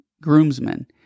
groomsmen